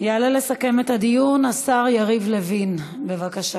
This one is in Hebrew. יעלה לסכם את הדיון השר יריב לוין, בבקשה.